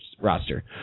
roster